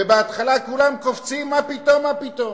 ובהתחלה כולם קופצים: מה פתאום, מה פתאום?